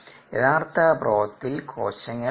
യഥാർത്ഥ ബ്രോത്തിൽ കോശങ്ങൾ ഇല്ല